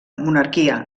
monarquia